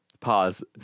Pause